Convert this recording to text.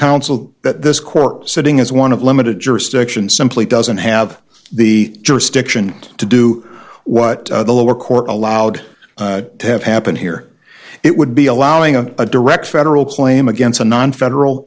council that this court sitting as one of limited jurisdiction simply doesn't have the jurisdiction to do what the lower court allowed to have happen here it would be allowing a direct federal claim against a non federal